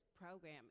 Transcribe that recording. program